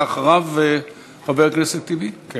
אדוני היושב-ראש, חברי וחברות הכנסת, אנחנו